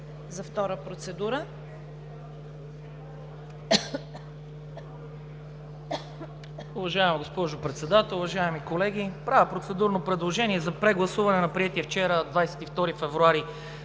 за втора процедура.